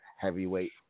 Heavyweight